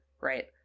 right